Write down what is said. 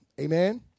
Amen